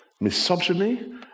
misogyny